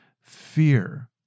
fear